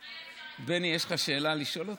בני, יש לך שאלה לשאול אותי?